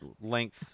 length